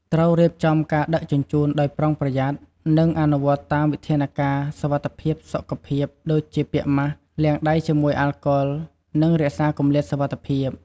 ត្រូវរៀបចំការដឹកជញ្ជូនដោយប្រុងប្រយ័ត្ន និងអនុវត្តតាម វិធានការសុវត្ថិភាពសុខភាព ដូចជា ពាក់ម៉ាស់ លាងដៃជាមួយអាល់កុល និងរក្សាគម្លាតសុវត្ថិភាព។